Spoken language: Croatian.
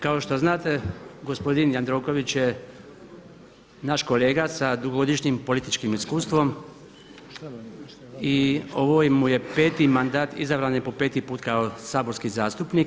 Kao što znate gospodin Jandroković je naš kolega sa dugogodišnjim političkim iskustvom i ovo mu je peti mandat, izabran je po peti put kao saborski zastupnik.